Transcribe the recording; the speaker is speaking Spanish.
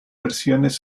versiones